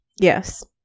Yes